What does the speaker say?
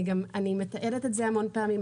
אני מתעדת את זה המון פעמים.